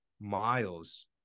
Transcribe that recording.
Miles